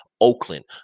Oakland